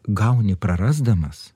gauni prarasdamas